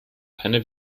keine